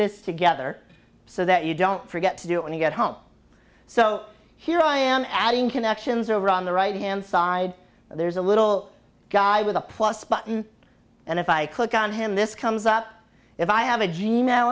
this together so that you don't forget to do it when you get home so here i am adding connections over on the right hand side there's a little guy with a plus button and if i click on him this comes up if i have a g